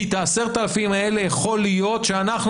כי את ה-10,000 האלה יכול להיות שאנחנו